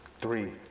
Three